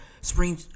spring